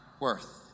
worth